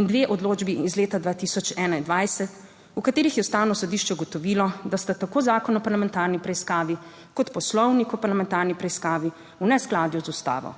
in dve odločbi iz leta 2021, v katerih je Ustavno sodišče ugotovilo, da sta tako Zakon o parlamentarni preiskavi kot Poslovnik o parlamentarni preiskavi v neskladju z ustavo.